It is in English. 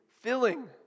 filling